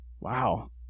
Wow